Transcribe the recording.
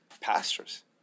pastors